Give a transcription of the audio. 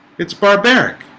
it's barbaric